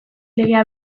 legea